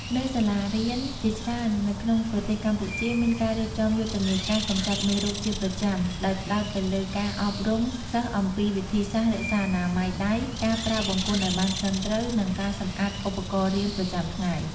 នៅសាលារៀនជាច្រើននៅក្នុងប្រទេសកម្ពុជា មានការរៀបចំយុទ្ធនាការកម្ចាត់មេរោគជាប្រចាំ ដោយផ្តោតទៅលើការអប់រំសិស្សអំពីវិធីសាស្ត្ររក្សាអនាម័យដៃ ការប្រើបង្គន់ឲ្យបានត្រឹមត្រូវ និងការសម្អាតឧបករណ៍រៀនប្រចាំថ្ងៃ។